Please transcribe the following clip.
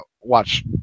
watch